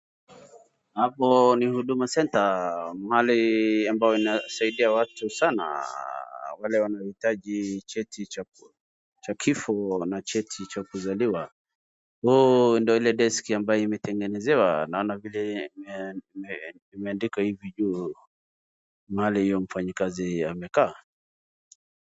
Hapo ni huduma centre mahali ambayo inasaidia watu sana. Wale wanahitaji cheti cha kifo na cheti cha kuzaliwa. Ndo ile deski ambayo imetengenezewa naona vile imeandikwa hivi juu mahali huyo mfanyikazi amekaa.